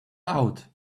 out